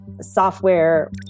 software